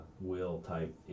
will-type